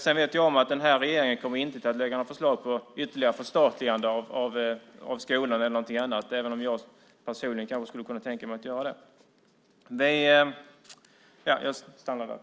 Jag vet att regeringen inte kommer att lägga fram något förslag om ytterligare förstatligande av skolan eller någonting annat, även om jag personligen skulle kunna tänka mig att göra det.